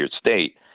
state